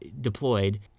deployed